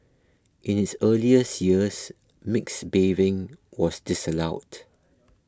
in its earlier years mixed bathing was disallowed